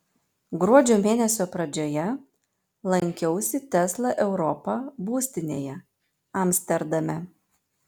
gruodžio mėnesio pradžioje lankiausi tesla europa būstinėje amsterdame